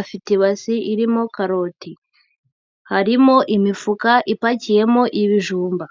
afite ibasi irimo karoti, harimo imifuka ipakiyemo ibijumba.